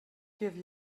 give